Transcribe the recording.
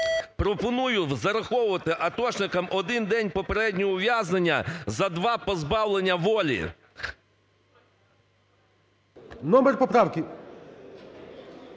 Пропоную зараховувати атошникам один день попереднього ув'язнення за два – позбавлення волі. ГОЛОВУЮЧИЙ. Номер поправки?